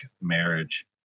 marriage